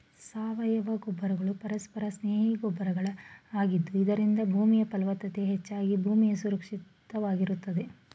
ಸಾವಯವ ಗೊಬ್ಬರಗಳು ಪರಿಸರ ಸ್ನೇಹಿ ಗೊಬ್ಬರಗಳ ಆಗಿದ್ದು ಇದರಿಂದ ಭೂಮಿಯ ಫಲವತ್ತತೆ ಹೆಚ್ಚಾಗಿ ಭೂಮಿ ಸುರಕ್ಷಿತವಾಗಿರುತ್ತದೆ